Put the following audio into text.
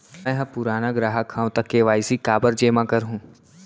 मैं ह पुराना ग्राहक हव त के.वाई.सी काबर जेमा करहुं?